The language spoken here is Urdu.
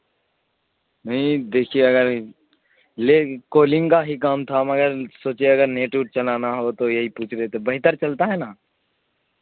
نہیں دیکھیے اگر لے کوالنگ کا ہی کام تھا مگر سوچے اگر نیٹ ورک چلانا ہو تو یہی پوچھ رہے تھے بہتر چلتا ہے نا